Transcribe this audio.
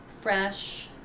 fresh